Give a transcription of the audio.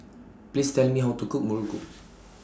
Please Tell Me How to Cook Muruku